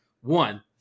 one